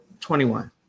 21